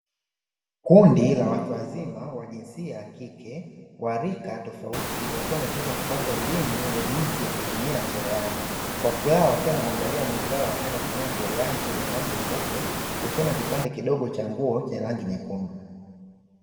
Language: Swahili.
Kundi la watu wazima wa jinsia ya kike wa rika tofauti, wakiwa wametoka kupata elimu ya jinsi ya kutumia cherehani, kwa furaha wakiwa wanamwangalia mwenzao akiwa anatumia cherehani yenye rangi nyeupe, kushona kipande kidogo cha nguo chenye rangi nyekundu.